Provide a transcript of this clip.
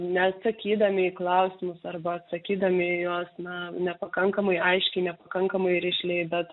neatsakydami į klausimus arba atsakydami į juos na nepakankamai aiškiai nepakankamai rišliai bet